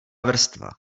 vrstva